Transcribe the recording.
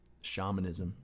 shamanism